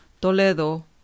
Toledo